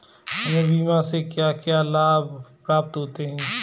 हमें बीमा से क्या क्या लाभ प्राप्त होते हैं?